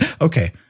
Okay